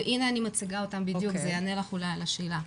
אני מציגה אותם בדיוק, זה יענה לך אולי על השאלה.